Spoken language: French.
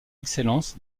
excellence